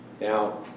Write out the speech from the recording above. now